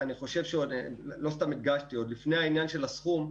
עוד לפני העניין של הסכום,